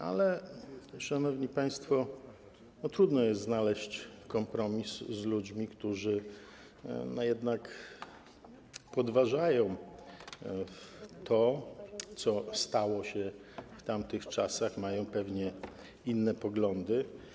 Ale, szanowni państwo, trudno jest znaleźć kompromis z ludźmi, którzy podważają to, co stało się w tamtych czasach, mają pewnie inne poglądy.